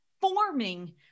forming